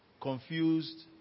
confused